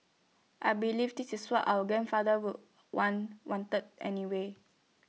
I believe this is what our grandfather would one wanted anyway